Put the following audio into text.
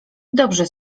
dobrzy